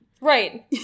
Right